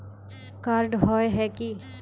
Card होय है की?